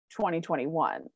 2021